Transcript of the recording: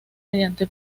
mediante